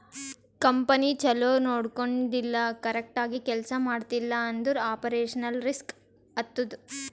company ಛಲೋ ನೊಡ್ಕೊಂಡಿಲ್ಲ, correct ಆಗಿ ಕೆಲ್ಸಾ ಮಾಡ್ತಿಲ್ಲ ಅಂದುರ್ ಆಪರೇಷನಲ್ ರಿಸ್ಕ್ ಆತ್ತುದ್